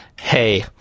hey